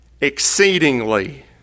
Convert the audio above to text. exceedingly